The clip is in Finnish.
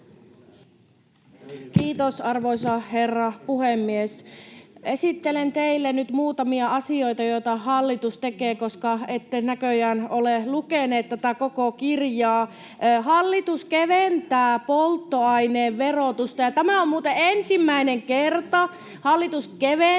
Kiitos, arvoisa herra puhemies! Esittelen teille nyt muutamia asioita, joita hallitus tekee, koska ette näköjään ole lukeneet tätä koko kirjaa. Hallitus keventää polttoaineen verotusta, ja tämä on muuten ensimmäinen kerta. Hallitus keventää